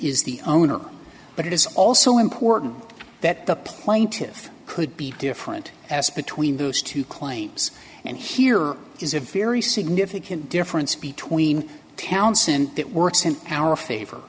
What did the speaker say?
is the owner but it is also important that the plaintive could be different as between those two claims and here is a very significant difference between townson that works in our favor